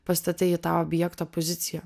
pastatai į tą objekto poziciją